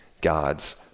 God's